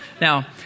Now